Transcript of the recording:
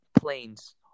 planes